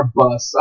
bus